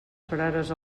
frares